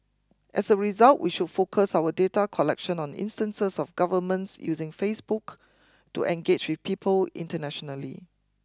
as a result we should focus our data collection on instances of governments using Facebook to engage with people internationally